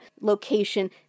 location